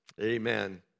Amen